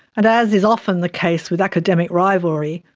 and as is often the case with academic rivalry,